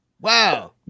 Wow